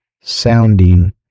sounding